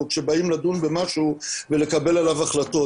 כשבאים לדון במשהו ולקבל עליו החלטות,